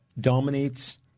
dominates